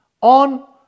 on